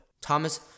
Thomas